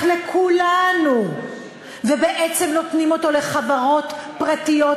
לכולנו ובעצם נותנים אותו לחברות פרטיות,